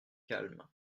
calme